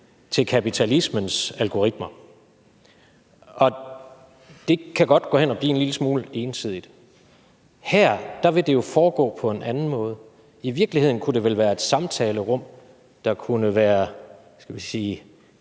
til kapitalismens algoritmer. Og det kan godt gå hen og blive en lille smule ensidigt. Her vil det jo foregå på en anden måde. I virkeligheden kunne det vel være et samtalerum, der kunne være et addon til